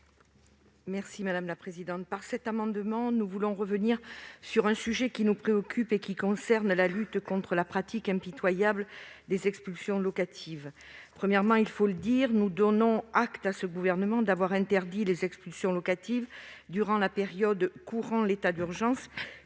Marie-Claude Varaillas. Avec cet amendement, nous voulons revenir sur un sujet qui nous mobilise, à savoir la lutte contre la pratique impitoyable des expulsions locatives. Avant tout, il faut le dire, nous donnons acte à ce gouvernement d'avoir interdit les expulsions locatives durant la période couvrant l'état d'urgence,